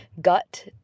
gut